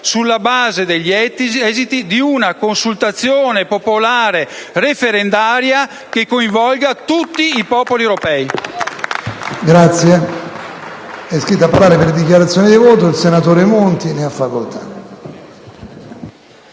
sulla base degli esiti di una consultazione popolare referendaria che coinvolga tutti i popoli europei.